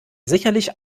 sicherlich